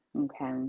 okay